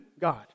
God